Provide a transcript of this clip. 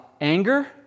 anger